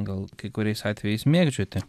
gal kai kuriais atvejais mėgdžioti